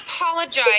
apologize